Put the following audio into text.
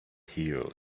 hero